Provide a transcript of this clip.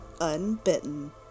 Unbitten